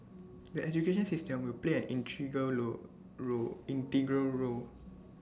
the education system will play an role role integral role